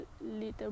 little